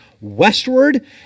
westward